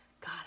God